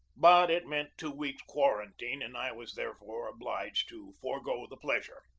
but it meant two weeks' quarantine, and i was there fore obliged to forego the pleasure.